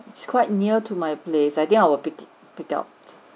it's quite near to my place I think will pick pick up